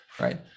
right